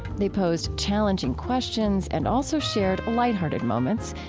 they posed challenging questions and also shared lighthearted moments,